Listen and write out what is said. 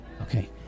Okay